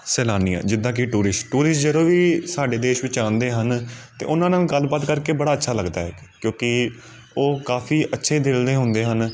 ਸੈਲਾਨੀਆਂ ਜਿੱਦਾਂ ਕਿ ਟੂਰਿਸਟ ਟੂਰਿਸਟ ਜਦੋਂ ਵੀ ਸਾਡੇ ਦੇਸ਼ ਵਿੱਚ ਆਉਂਦੇ ਹਨ ਤਾਂ ਉਹਨਾਂ ਨਾਲ ਗੱਲਬਾਤ ਕਰਕੇ ਬੜਾ ਅੱਛਾ ਲੱਗਦਾ ਹੈ ਕਿਉਂਕਿ ਉਹ ਕਾਫ਼ੀ ਅੱਛੇ ਦਿਲ ਦੇ ਹੁੰਦੇ ਹਨ